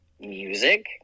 music